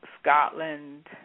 Scotland